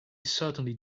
certainly